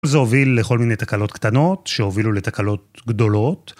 זה הוביל לכל מיני תקלות קטנות שהובילו לתקלות גדולות.